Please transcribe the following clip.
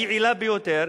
היעילה ביותר,